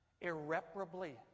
irreparably